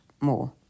more